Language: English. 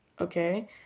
okay